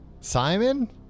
Simon